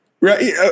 right